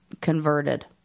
converted